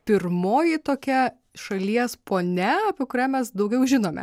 pirmoji tokia šalies ponia apie kurią mes daugiau žinome